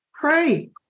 Pray